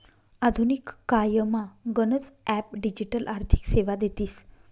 आधुनिक कायमा गनच ॲप डिजिटल आर्थिक सेवा देतीस